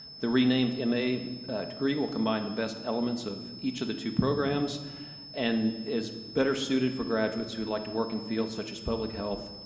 the renamed um ma degree will combine the best elements of each of the two programs and is better suited for graduates who like to work in fields such as public health,